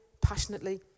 passionately